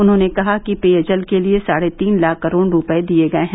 उन्होंने कहा कि पेयजल के लिए साढे तीन लाख करोड रूपये दिए गए हैं